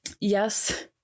yes